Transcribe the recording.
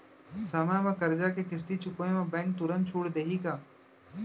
समय म करजा के किस्ती चुकोय म बैंक तुरंत छूट देहि का?